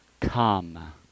come